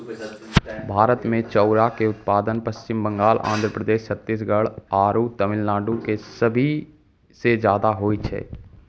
भारत मे चाउरो के उत्पादन पश्चिम बंगाल, आंध्र प्रदेश, छत्तीसगढ़ आरु तमिलनाडु मे सभे से ज्यादा होय छै